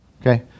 Okay